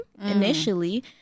initially